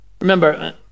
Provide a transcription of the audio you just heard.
Remember